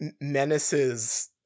menaces